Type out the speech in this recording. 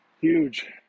huge